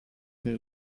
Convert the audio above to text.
per